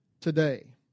today